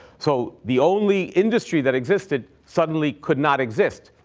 so the only industry that existed suddenly could not exist.